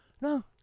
no